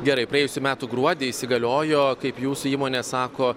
gerai praėjusių metų gruodį įsigaliojo kaip jūsų įmonė sako